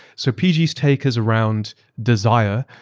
so pgaeurs take is around desire,